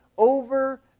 over